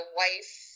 wife